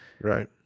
Right